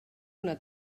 una